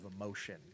emotion